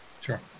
Sure